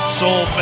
soul